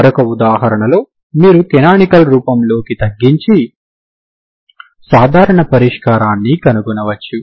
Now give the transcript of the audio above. మరొక ఉదాహరణలో మీరు కనానికల్ రూపంలోకి తగ్గించి సాధారణ పరిష్కారాన్ని కనుగొనవచ్చు